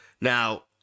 Now